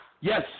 yes